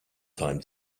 time